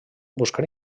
buscar